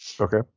Okay